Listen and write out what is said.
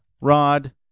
rod